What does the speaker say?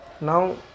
Now